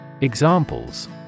Examples